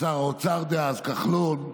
שר האוצר דאז כחלון,